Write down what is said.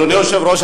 אדוני היושב-ראש,